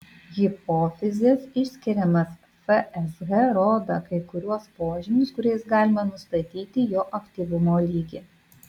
hipofizės išskiriamas fsh rodo kai kuriuos požymius kuriais galima nustatyti jo aktyvumo lygį